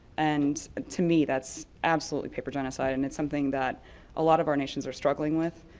and to me that's absolutely paper genocide and it's something that a lot of our nations are struggling with.